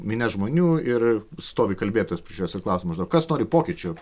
minia žmonių ir stovi kalbėtojas prieš juos ir klausia maždaug kas nori pokyčių